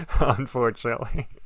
unfortunately